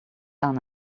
aan